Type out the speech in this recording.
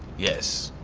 yes.